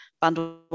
bundle